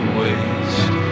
waste